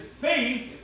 faith